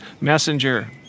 messenger